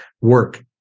work